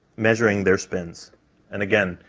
measuring their spins and again,